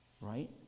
right